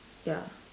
ya